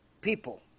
people